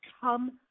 come